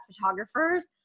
photographers